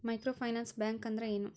Micro finance bank ಅಂದ್ರ ಏನು?